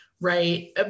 Right